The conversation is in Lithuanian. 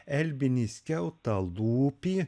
elbinį skiautalūpį